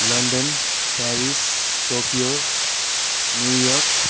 London Paris Tokyo New York